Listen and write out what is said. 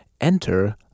Enter